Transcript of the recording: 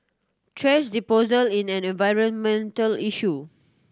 thrash disposal is an environmental issue